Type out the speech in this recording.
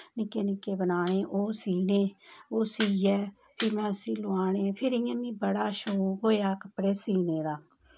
नि'क्के नि'क्के बनाने ओह् सीह्ने ओह् सीयै फ्ही में उसी लोआने फिर मिगी इ'यां बड़ा शौंक होया कपड़े सीह्ने दा